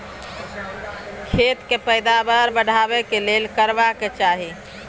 खेत के पैदावार बढाबै के लेल की करबा के चाही?